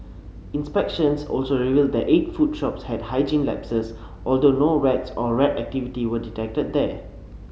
inspections also revealed that eight food shops had hygiene lapses although no rats or rat activity were detected there